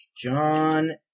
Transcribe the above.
John